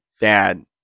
dad